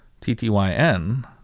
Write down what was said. T-T-Y-N